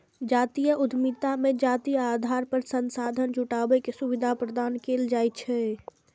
जातीय उद्यमिता मे जातीय आधार पर संसाधन जुटाबै के सुविधा प्रदान कैल जाइ छै